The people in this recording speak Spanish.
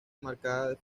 marcada